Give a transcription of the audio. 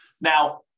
Now